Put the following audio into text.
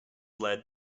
led